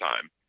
time